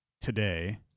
today